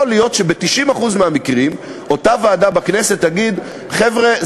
יכול להיות שב-90% מהמקרים אותה ועדה בכנסת תגיד: חבר'ה,